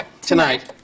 Tonight